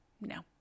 no